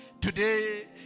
Today